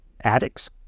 addicts